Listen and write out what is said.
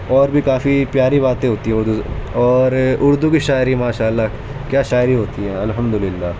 اور بھی کافی پیاری باتیں ہوتی ہیں اردو اور اردو کی شاعری ماشا اللہ کیا شاعری ہوتی ہے الحمدللہ